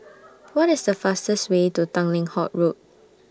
What IS The fastest Way to Tanglin Halt Road